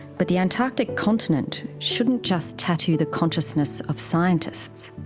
but the antarctic continent shouldn't just tattoo the consciousness of scientists,